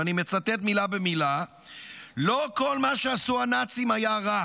ואני מצטט מילה במילה: "לא כל מה שעשו הנאצים היה רע.